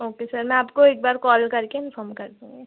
okay sir मैं आपको एक बार कॉल करके इंफ़ॉर्म कर दूँगी